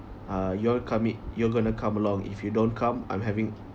uh you're commi~ you're gonna come along if you don't come I'm having